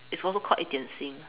is also called 一点心